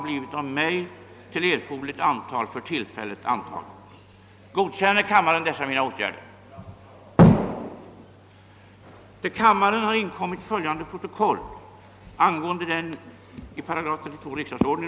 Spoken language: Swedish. Protokoll över granskningen och förteckning över de granskade fullmakterna skall tillsammans med fullmakterna överlämnas till andra kammaren.